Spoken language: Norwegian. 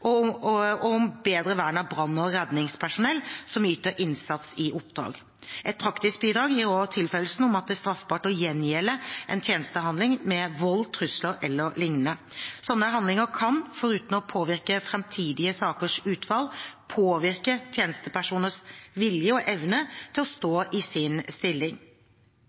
og om bedre vern av brann- og redningspersonell som yter innsats i oppdrag. Et praktisk bidrag gir også tilføyelsen om at det er straffbart å gjengjelde en tjenestehandling med vold, trusler e.l. Slike handlinger kan – foruten å påvirke framtidige sakers utfall – påvirke tjenestepersoners vilje og evne til å stå i sin stilling.